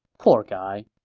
poor guy